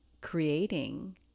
creating